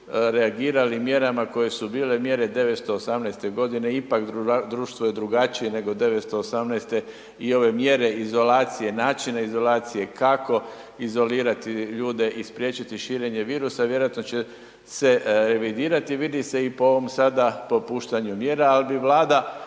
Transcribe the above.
reagirali mjerama koje su bile mjere 918. godine, ipak društvo je drugačije nego 918. i ove mjere izolacije, načina izolacije, kako izolirati ljude i spriječiti širenje virusa vjerojatno će se revidirati, vidi se i po ovom sada popuštanju mjera, ali bi Vlada